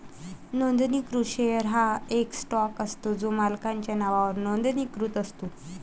नोंदणीकृत शेअर हा एक स्टॉक असतो जो मालकाच्या नावावर नोंदणीकृत असतो